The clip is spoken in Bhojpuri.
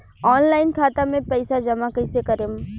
ऑनलाइन खाता मे पईसा जमा कइसे करेम?